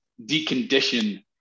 decondition